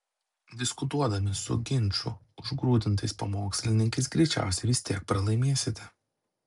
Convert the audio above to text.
diskutuodami su ginčų užgrūdintais pamokslininkais greičiausiai vis tiek pralaimėsite